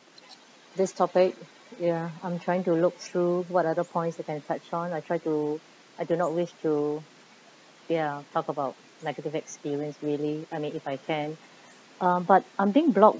this topic ya I'm trying to look through what other points we can touch on lah try to I do not wish to ya talk about negative experience really I mean if I can um but I'm being blocked